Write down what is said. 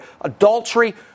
adultery